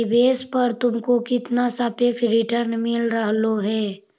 निवेश पर तुमको कितना सापेक्ष रिटर्न मिल रहलो हे